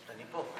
אני פה.